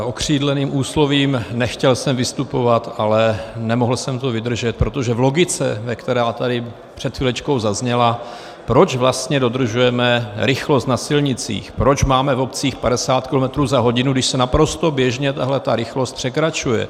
Okřídleným úslovím, nechtěl jsem vystupovat, ale nemohl jsem to vydržet, protože v logice, která tady před chvilečkou zazněla proč vlastně dodržujeme rychlost na silnicích, proč máme v obcích 50 kilometrů za hodinu, když se naprosto běžně tahle rychlost překračuje?